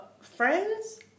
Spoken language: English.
friends